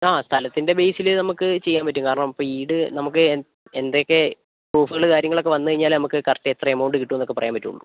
ആ സ്ഥലത്തിൻ്റെ ബേസിൽ നമുക്ക് ചെയ്യാൻ പറ്റും കാരണം ഇപ്പം ഈട് നമുക്ക് എന്തൊക്കെ പ്രൂഫുകൾ കാര്യങ്ങളൊക്കെ വന്നുകഴിഞ്ഞാൽ നമുക്ക് കറക്റ്റ് എത്ര എമൗണ്ട് കിട്ടും എന്നൊക്കെ പറയാൻ പറ്റുള്ളൂ